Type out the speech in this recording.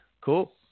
Cool